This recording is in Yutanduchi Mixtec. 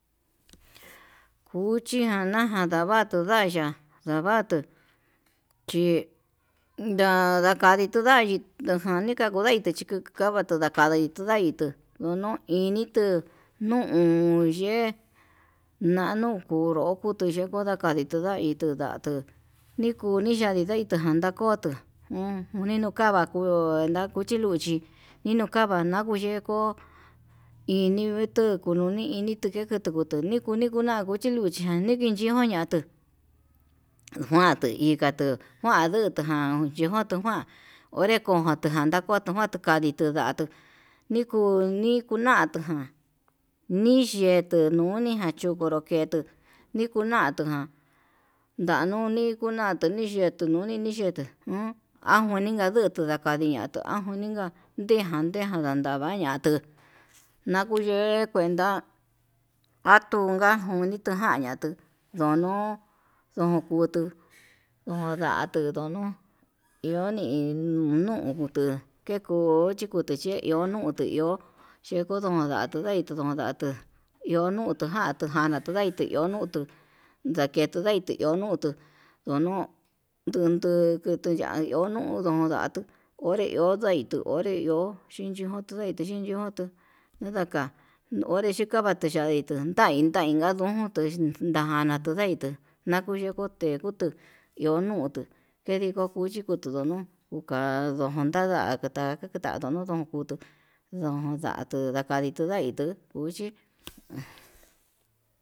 Kuchiján nakandatu nda'a ya'a ndavatuu chí ndakandi tuu ndai ndajani nakundai chikuu, kavatu kandaitu kunuu initu nu'u ye'e, nanu kuru yeko'o nakandi tundai tundatuu nikudi tandiyai tandanta koto jun uni, nokava kuu ndakuchi luchí inokava nakuyeko ini tuu kununi ini teke kutu nikuni kuna luchi luchi ján nijenchiu natuu njuanduu ikatuu kuan dutu ján chí ndejotuu jua'a, onre kuján tan ndakua najua'a tukandi tuu nda'a ndakuu niku ni'í, nikunatuján niyetu nuniján chi'o onruketuu nikunatu ján ndanuni kunatuu nii yee yetununi ni'i yetuu nuu anjuni nandutu najani ñatuu ajunika ndejan ndejan ndandava'a ñatuu nakuyee kuenta atuján koni tukuayu, ñatuu ndono'o yankutu ndodatuu nono'o iho nii nune kutuu keko kekoti chiunutu té iho cheko ñuunda ndatudai tundatu iho nutu ndatuu ján ndatudai tuu iho nutuu, ndaketundai tuu iho nutuu ndonuu kunduu tu iha onuu ondon ndatuu onré iho ndai tuu onré iho chinchi iho tunda'i chiyindiotu nadata onre chikava teyaitu ndai ndai tennga nuu tuix najana tuu nda'í tuu nakuyeku te'é kutuu iho nutuu ke ndiko kuchi kuditunuu unga ndojón tanda'a kata kata kendatu nundo'on kutuu ndundatu nakai tundaitu kuchí.